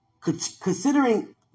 Considering